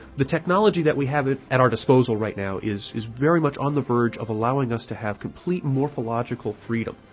the technology that we have at our disposal right now is is very much on the verge of allowing us to have complete morphological freedom,